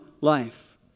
life